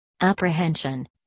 apprehension